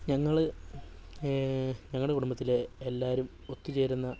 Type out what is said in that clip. ഞങ്ങള് ഞങ്ങളുടെ കുടുംബത്തിലെ എല്ലാവരും ഒത്തുചേരുന്ന